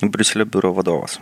briuselio biuro vadovas